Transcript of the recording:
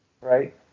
Right